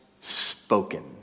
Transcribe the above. spoken